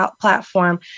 platform